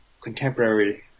contemporary